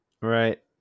Right